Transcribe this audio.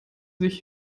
sich